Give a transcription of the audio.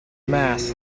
mass